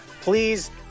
Please